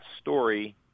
story